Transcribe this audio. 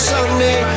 Sunday